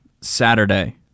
Saturday